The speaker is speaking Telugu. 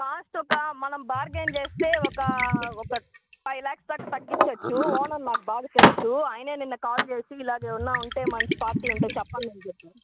కాస్ట్ ఒక మనం బార్గెన్ చేస్తే ఒక ఒక ఫైవ్ లాక్స్ దాకా తగ్గిచ్చచ్చు ఓనర్ నాకు బాగా తెలుసు ఆయనే నిన్న కాల్ చేసి ఇలాగేమన్నా ఉంటే మంచి పార్టీ ఉంటే చెప్పండీ అని చెప్పారు